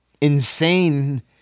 insane